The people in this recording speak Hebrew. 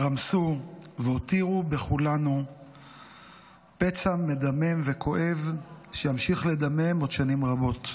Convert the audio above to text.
רמסו והותירו בכולנו פצע מדמם וכואב שימשיך לדמם עוד שנים רבות.